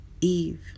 Eve